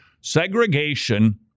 Segregation